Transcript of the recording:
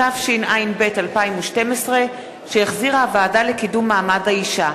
התשע"ב 2012, שהחזירה הוועדה לקידום מעמד האשה.